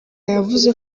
yavuze